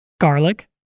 Garlic